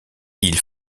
ils